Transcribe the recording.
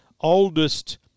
oldest